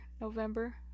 November